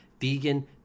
vegan